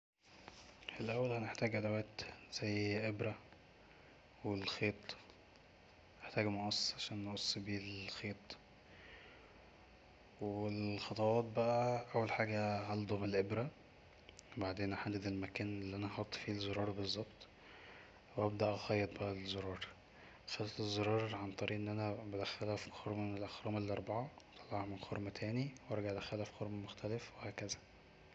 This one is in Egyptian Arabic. الأول هنحتاج أدوات زي ابره والخيط وهنحتاج مقص عشان نقص بيه الخيط, والخطوات بقا اول حاجه خلضم الابره وبعدين احدد المكان اللي انا هحط فيه الزرار بالظبط وأبدأ اخيط بقا الزرار, اخيط الزرار عن طريق ان انا بدخلها في خرم من الاخرام الأربعة واطلعها من خرم تاني وارجع ادخلها في خرم مختلف وهكذا